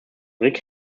rick